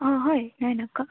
অঁ হয় নাই নাই ক